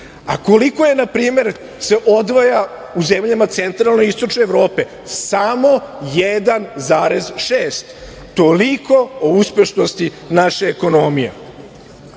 a koliko se na primer odvaja u zemljama centralne i istočne Evrope, samo 1,6 toliko o uspešnosti naše ekonomije. Na